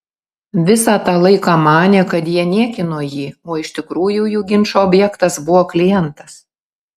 visą tą laiką manė kad jie niekino jį o iš tikrųjų jų ginčo objektas buvo klientas